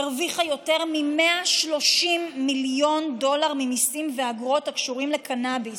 הרוויחה יותר מ-130 מיליון דולר ממיסים ואגרות הקשורים לקנביס,